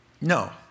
No